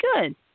good